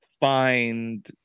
find